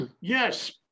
Yes